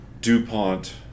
DuPont